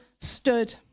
stood